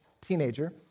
teenager